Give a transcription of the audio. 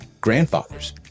grandfather's